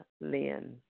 Lynn